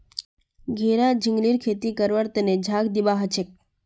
घेरा झिंगलीर खेती करवार तने झांग दिबा हछेक